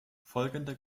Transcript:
folgende